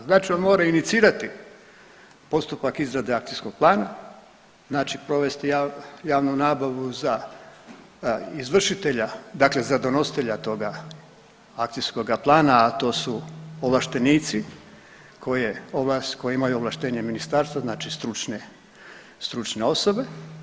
Znači on mora inicirati postupak izrade akcijskog plana, znači provesti javnu nabavu za izvršitelja, dakle za donositelja toga akcijskoga plana a to su ovlaštenici koji imaju ovlaštenje ministarstva, znači stručne osobe.